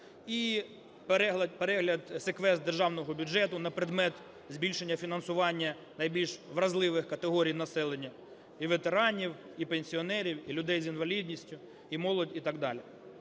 і перегляд секвестру Державного бюджету на предмет збільшення фінансування найбільш вразливих категорій населення: і ветеранів, і пенсіонерів, і людей з інвалідністю, і молодь, і так далі.